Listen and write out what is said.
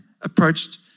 approached